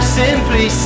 simply